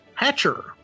Hatcher